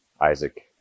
isaac